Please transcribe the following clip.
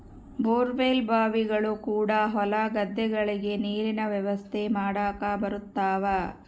bore well ಬಾವಿಗಳು ಕೂಡ ಹೊಲ ಗದ್ದೆಗಳಿಗೆ ನೀರಿನ ವ್ಯವಸ್ಥೆ ಮಾಡಕ ಬರುತವ